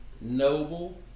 noble